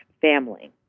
family